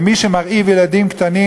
ומי שמרעיב ילדים קטנים,